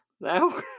now